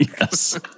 Yes